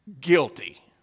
Guilty